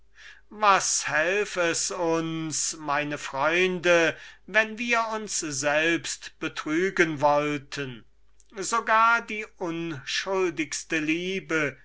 beschreiben was hälf es uns meine freunde wenn wir uns selbst betrügen wollten selbst die unschuldigste liebe